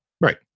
Right